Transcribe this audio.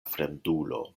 fremdulo